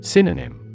Synonym